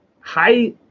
high